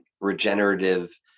regenerative